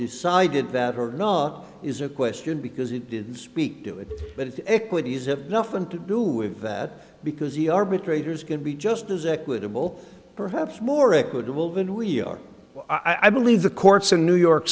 decided that or not is a question because it did speak to it but if equities ip nothing to do with that because the arbitrator's can be just as equitable perhaps more equitable than we are i believe the courts in new york